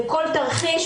לכל תרחיש,